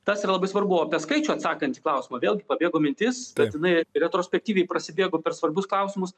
tas yra labai svarbu o apie skaičių atsakant į klausimą vėlgi pabėgo mintis bet jinai retrospektyviai prasibėgu per svarbius klausimus